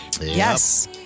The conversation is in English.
Yes